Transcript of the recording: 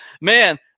Man